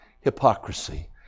hypocrisy